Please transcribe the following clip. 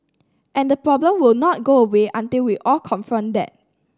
and the problem will not go away until we all confront that